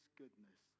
goodness